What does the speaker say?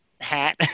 hat